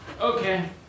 Okay